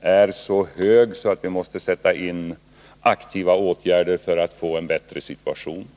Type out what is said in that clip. är så hög att vi måste sätta in aktiva åtgärder för att få en bättre situation.